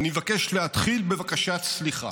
אני מבקש להתחיל בבקשת סליחה.